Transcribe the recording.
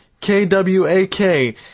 K-W-A-K